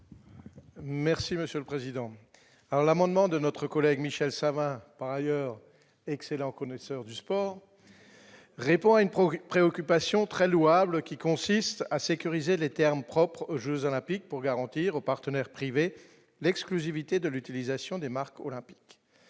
Merci Monsieur le Président, à l'amendement de notre collègue Michel Savin, par ailleurs excellent connaisseur du sport répond à une préoccupation très louable, qui consiste à sécuriser les termes propres jeux olympiques pour garantir aux partenaires privés l'exclusivité de l'utilisation des marques olympiques